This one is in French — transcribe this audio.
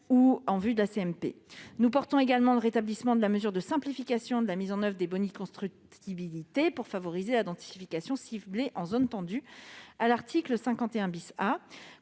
mixte paritaire. Nous portons aussi le rétablissement de la mesure de simplification de la mise en oeuvre des boni de constructibilité pour favoriser la densification ciblée en zone tendue, à l'article 51 A.